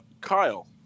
Kyle